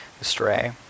astray